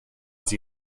sie